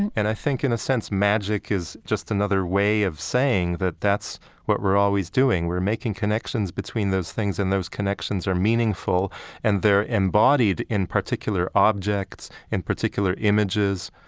and i think, in a sense, magic is just another way of saying that that's what we're always doing. we're making connections between those things, and those connections are meaningful and they're embodied in particular objects, in particular images,